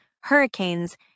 hurricanes